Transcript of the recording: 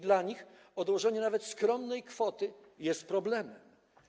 Dla nich odłożenie nawet skromnej kwoty jest problemem.